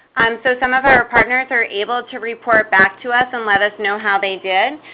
um so some of our partners are able to report back to us and let us know how they did.